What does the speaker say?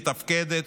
מתפקדת,